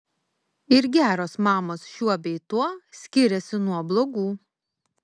ir geros mamos šiuo bei tuo skiriasi nuo blogų